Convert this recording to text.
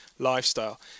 lifestyle